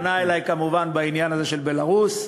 שפנה אלי, כמובן, בעניין הזה של בלרוס,